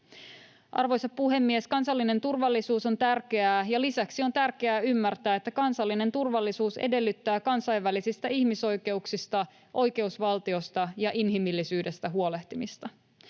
Arvoisa puhemies! Kansallinen turvallisuus on tärkeää, ja lisäksi on tärkeää ymmärtää, että kansallinen turvallisuus edellyttää kansainvälisistä ihmisoikeuksista, oikeusvaltiosta ja inhimillisyydestä huolehtimista.